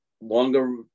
longer